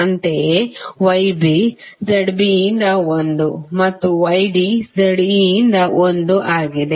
ಅಂತೆಯೇ YB ZB ಯಿಂದ 1 ಮತ್ತು YD ZD ಯಿಂದ 1 ಆಗಿದೆ